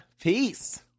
peace